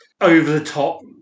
over-the-top